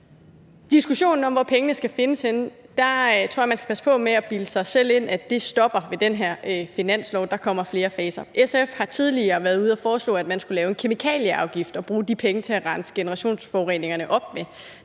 I diskussionen om, hvor pengene skal findes henne, tror jeg man skal passe på med at bilde sig selv ind, at det stopper ved den her finanslov – der kommer flere faser. SF har tidligere været ude og foreslå, at man skulle lave en kemikalieafgift og bruge de penge til at få renset generationsforureningerne op.